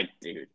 Dude